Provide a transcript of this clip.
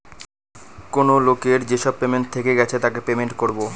কেনো লোকের যেসব পেমেন্ট থেকে গেছে তাকে পেমেন্ট করবো